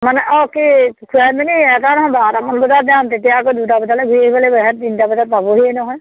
মানে অঁ কি খুৱাই মেনি এটা নহয় বাৰটামান বজাত যাম তেতিয়া আকৌ দুটা বজালে ঘূৰি আহিব লাগিব এহেঁত তিনিটা বজাত পাবহিয়ে নহয়